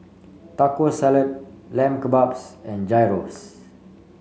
Taco Salad Lamb Kebabs and Gyros